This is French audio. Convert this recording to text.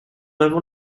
avons